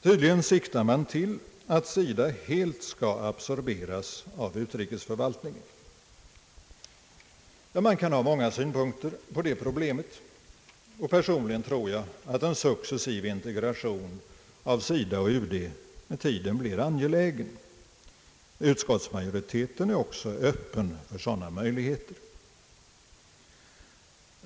Tydligen siktar man till att SIDA helt skall absorberas av utrikesförvaltningen. Ja, många synpunkter kan läggas på det problemet, och personligen tror jag att en successiv integration av SIDA och UD med tiden blir angelägen. Utskottsmajoriteten är också öppen för sådana möjligheter.